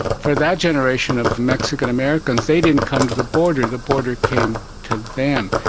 for that generation of mexican americans, they didn't come to the border, the border came to them.